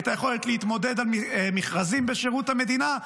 את היכולת להתמודד על מכרזים בשירות המדינה,